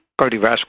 cardiovascular